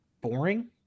boring